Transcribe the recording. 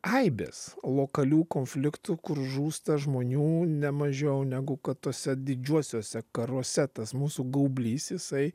aibės lokalių konfliktų kur žūsta žmonių nemažiau negu kad tuose didžiuosiuose karuose tas mūsų gaublys jisai